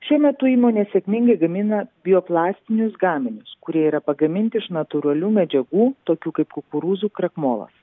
šiuo metu įmonė sėkmingai gamina bioplastinius gaminius kurie yra pagaminti iš natūralių medžiagų tokių kaip kukurūzų krakmolas